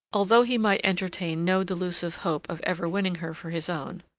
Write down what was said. although he might entertain no delusive hope of ever winning her for his own,